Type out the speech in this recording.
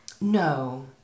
No